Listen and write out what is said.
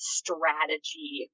strategy